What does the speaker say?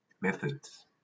methods